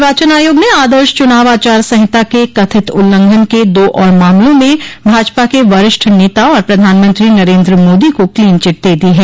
निर्वाचन आयोग ने आदर्श चुनाव आचार संहिता के कथित उल्लंघन के दो और मामलों में भाजपा के वरिष्ठ नेता और प्रधानमंत्री नरेन्द्र मोदी को क्लीन चिट दे दी है